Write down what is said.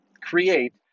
create